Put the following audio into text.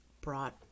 brought